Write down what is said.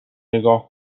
نگاه